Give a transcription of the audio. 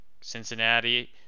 cincinnati